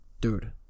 dude